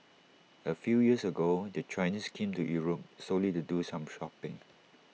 A few years ago the Chinese came to Europe solely to do some shopping